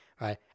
right